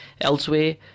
elsewhere